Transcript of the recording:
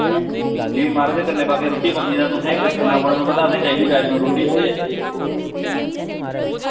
जी माराज ते कन्नै बाकी रुट्टी पानी दा तुसें करने पौना ते पता असें चाहिदी वैश्णो रुट्टी ते एह् ओह्